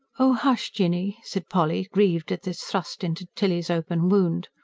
oh, hush, jinny said polly, grieved at this thrust into tilly's open wound.